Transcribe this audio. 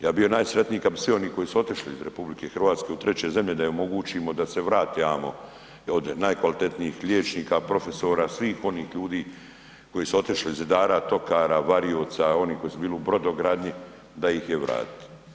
Ja bi bio najsretniji kada bi svi oni koji su otišli u RH u treće zemlje da im omogućimo da se vrate amo od najkvalitetnijih liječnika, profesora svih onih ljudi koji su otišli zidara, tokara, varioca oni koji su bili u brodogradnji da ih je vratiti.